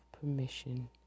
permission